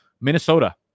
Minnesota